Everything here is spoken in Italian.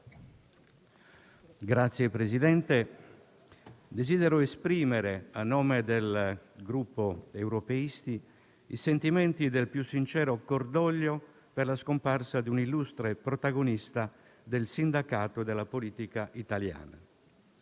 Signor Presidente, desidero esprimere a nome del Gruppo Europeisti-MAIE-Centro Democratico i sentimenti del più sincero cordoglio per la scomparsa di un illustre protagonista del sindacato e della politica italiana.